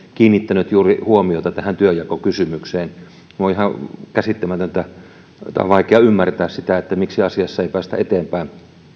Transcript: kiinnittänyt huomiota juuri tähän työnjakokysymykseen tämä on ihan käsittämätöntä on vaikea ymmärtää sitä miksi asiassa ei päästä eteenpäin